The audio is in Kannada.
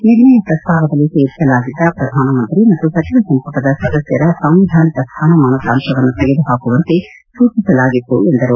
ನಿರ್ಣಯ ಪ್ರಸ್ತಾವದಲ್ಲಿ ಸೇರಿಸಲಾಗಿದ್ದ ಪ್ರಧಾನಮಂತ್ರಿ ಮತ್ತು ಸಚಿವ ಸಂಪುಟದ ಸದಸ್ಯರ ಸಾಂವಿಧಾನಿಕ ಸ್ಡಾನಮಾನದ ಅಂಶವನ್ನು ತೆಗೆದುಹಾಕುವಂತೆ ಸೂಚಿಸಲಾಗಿತ್ತು ಎಂದರು